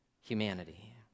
humanity